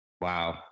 wow